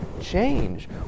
change